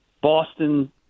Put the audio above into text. Boston